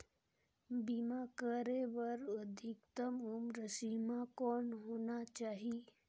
बीमा करे बर अधिकतम उम्र सीमा कौन होना चाही?